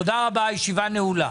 תודה רבה, הישיבה נעולה.